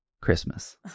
Christmas